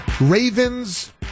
Ravens